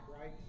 right